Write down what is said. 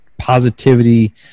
positivity